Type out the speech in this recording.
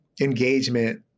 engagement